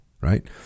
right